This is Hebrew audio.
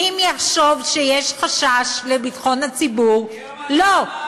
אם יחשוב שיש חשש לביטחון הציבור, לא.